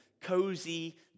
cozy